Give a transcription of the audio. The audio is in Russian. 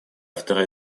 авторы